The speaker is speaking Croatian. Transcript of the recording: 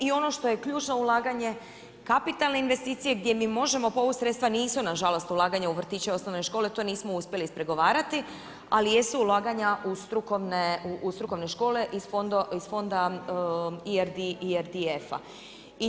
I ono što je ključno ulaganje kapitalne investicije gdje mi možemo povući sredstva nisu nažalost ulaganja u vrtiće i osnovne škole, to nismo uspjeli ispregovarati, ali jesu ulaganja u strukovne škole iz Fonda ERD i ERDF-a.